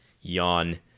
Yawn